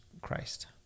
Christ